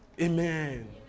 Amen